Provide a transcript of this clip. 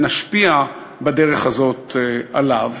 ונשפיע בדרך הזאת עליו.